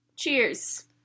Cheers